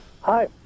Hi